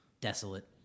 desolate